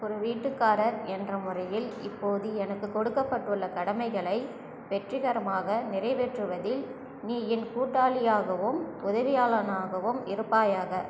ஒரு வீட்டுக்காரர் என்ற முறையில் இப்போது எனக்குக் கொடுக்கப்பட்டுள்ள கடமைகளை வெற்றிகரமாக நிறைவேற்றுவதில் நீ என் கூட்டாளியாகவும் உதவியாளனாகவும் இருப்பாயாக